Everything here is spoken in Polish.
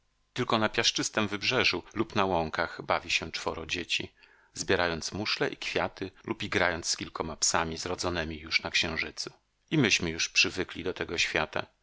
tylko na piaszczystem wybrzeżu lub na łąkach bawi się czworo dzieci zbierając muszle i kwiaty lub igrając z kilkoma psami zrodzonemi już na księżycu i myśmy już przywykli do tego świata